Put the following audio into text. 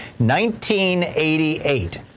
1988